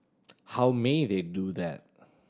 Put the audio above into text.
how may they do that